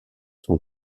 son